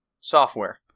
software